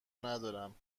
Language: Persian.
ندارم